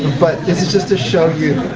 but this is just to show you.